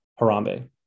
Harambe